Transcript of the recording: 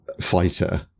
fighter